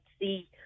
see